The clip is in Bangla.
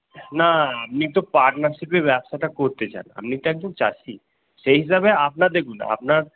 না আপনি তো পার্টনারশিপে ব্যবসাটা করতে চান আপনি তো একজন চাষী সেই হিসাবে আপনার দেখুন আপনার